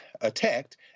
attacked